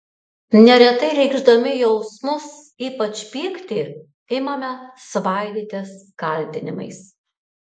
neretai reikšdami jausmus ypač pyktį imame svaidytis kaltinimais